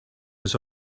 was